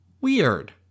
Weird